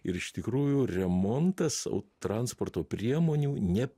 ir iš tikrųjų remontas o transporto priemonių ne